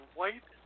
white